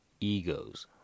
egos